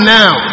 now